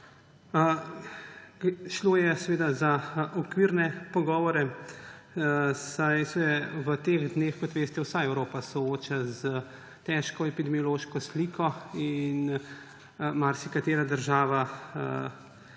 Šlo je za okvirne pogovore, saj se v teh dneh, kot veste, vsa Evropa sooča s težko epidemiološko sliko in marsikatera država